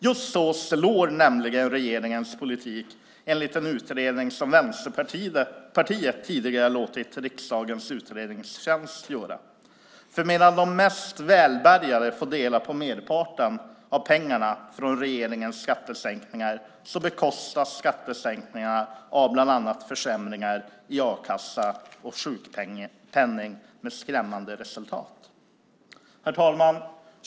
Just så slår nämligen regeringens politik enligt en utredning som Vänsterpartiet tidigare låtit riksdagens utredningstjänst göra. Medan de mest välbärgade får dela på merparten av pengarna från regeringens skattesänkningar bekostas skattesänkningarna av bland annat försämringar i a-kassa och sjukpenning, med skrämmande resultat. Herr talman!